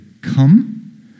Come